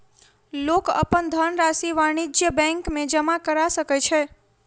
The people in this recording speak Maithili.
लोक अपन धनरशि वाणिज्य बैंक में जमा करा सकै छै